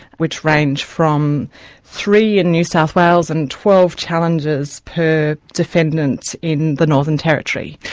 which range from three in new south wales, and twelve challenges per defendant in the northern territory.